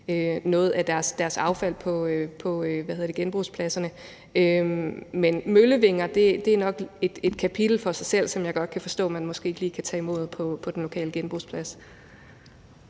noget af deres affald på genbrugspladserne. Men møllevinger er nok et kapitel for sig selv, og jeg kan godt forstå, at man måske ikke lige kan tage imod dem på den lokale genbrugsplads.